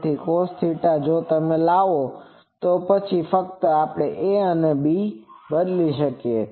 તેથી તે cosθ જો તમે લાવો તો પછી આ ફક્ત આપણે a અને b ને બદલીએ છીએ